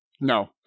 No